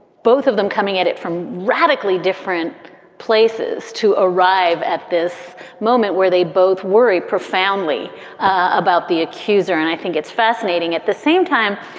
both of them coming at it from radically different places to arrive at this moment where they both worry profoundly about the accuser. and i think it's fascinating. at the same time,